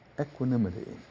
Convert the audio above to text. Equanimity